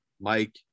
Mike